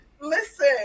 listen